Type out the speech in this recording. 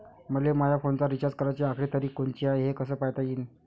मले माया फोनचा रिचार्ज कराची आखरी तारीख कोनची हाय, हे कस पायता येईन?